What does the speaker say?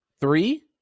three